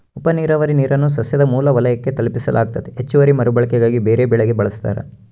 ಉಪನೀರಾವರಿ ನೀರನ್ನು ಸಸ್ಯದ ಮೂಲ ವಲಯಕ್ಕೆ ತಲುಪಿಸಲಾಗ್ತತೆ ಹೆಚ್ಚುವರಿ ಮರುಬಳಕೆಗಾಗಿ ಬೇರೆಬೆಳೆಗೆ ಬಳಸ್ತಾರ